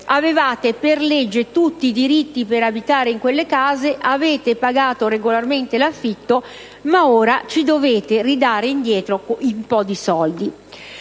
«avevate per legge tutti i diritti per abitare in quelle case, avete pagato regolarmente l'affitto, ma ora ci dovete ridare indietro un po' di soldi».